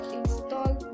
install